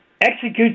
execute